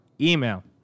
email